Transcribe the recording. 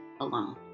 alone